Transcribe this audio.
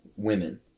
Women